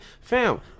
fam